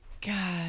God